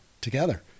together